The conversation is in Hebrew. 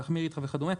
להחמיר איתך וכדומה,